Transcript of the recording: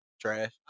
Trash